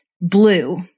blue